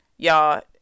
Y'all